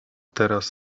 teraz